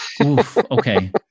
Okay